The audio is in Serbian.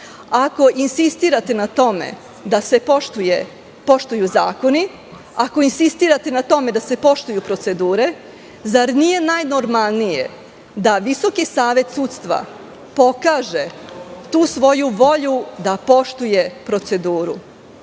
Ako insistirate na tome da se poštuju zakoni, da se poštuju procedure, zar nije najnormalnije da Visoki savet sudstva pokaže tu svoju volju da poštuje proceduru? Šta